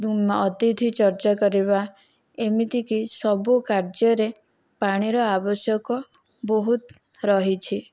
ଅତିଥି ଚର୍ଚ୍ଚା କରିବା ଏମିତିକି ସବୁ କାର୍ଯ୍ୟରେ ପାଣିର ଆବଶ୍ୟକ ବହୁତ ରହିଛି